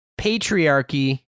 Patriarchy